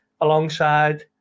alongside